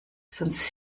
sonst